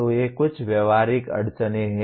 तो ये कुछ व्यावहारिक अड़चनें हैं